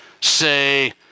say